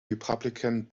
republican